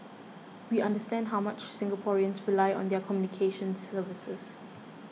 we understand how much Singaporeans rely on their communications services